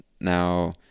Now